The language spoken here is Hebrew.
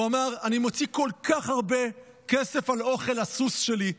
הוא אמר: אני מוציא כל כך הרבה על אוכל לסוס שלי,